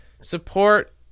support